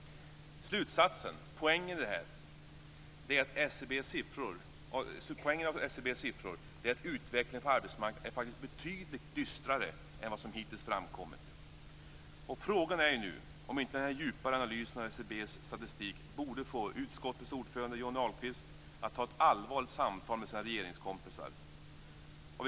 Slutsatsen av SCB:s siffror är att utvecklingen på arbetsmarknaden är betydligt dystrare än vad som hittills framkommit. Frågan är om inte den djupare analysen av SCB:s statistik borde få utskottets ordförande Johnny Ahlqvist att ta ett allvarligt samtal med sina kompisar i regeringen.